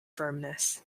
firmness